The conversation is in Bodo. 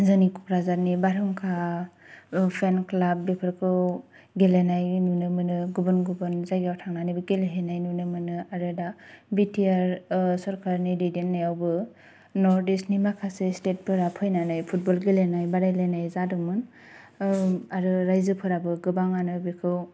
जोंनि क'क्राझारनि बारहुंखा उपेन क्लाब बेफोरखौ गेलेनाय नुनो मोनो गुबुन गुबुन जायगायाव थांनानै गेलेहैनाय नुनो मोनो आरो दा बि टि आर सरखारनि दैदेननायावबो नर्थ इस्ट नि माखासे स्टेट फोरा फैनानै फुटबल गेलेनाय बादायलायनाय जादोंमोन आरो रायजोफोराबो गोबांआनो बेखौ